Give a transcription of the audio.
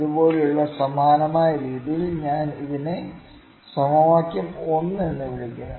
ഇതുപോലുള്ള സമാനമായ രീതിയിൽ ഞാൻ ഇതിനെ സമവാക്യം 1 എന്ന് വിളിക്കുന്നു